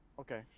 Okay